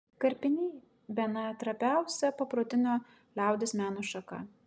karpiniai bene trapiausia paprotinio liaudies meno šaka